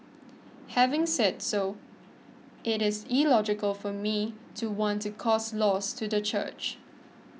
having said so it is illogical for me to want to cause loss to the church